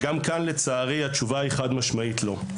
גם כאן, לצערי, התשובה היא חד-משמעית לא.